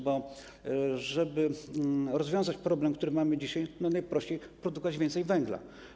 Bo żeby rozwiązać problem, który mamy dzisiaj, najprościej jest produkować więcej węgla.